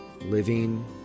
living